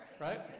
right